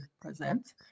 present